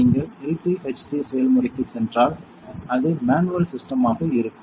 நீங்கள் LTHT செயல்முறைக்குச் சென்றால் அது மேனுவல் சிஸ்டம் ஆக இருக்கும்